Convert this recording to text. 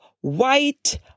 white